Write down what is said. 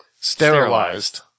Sterilized